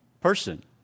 person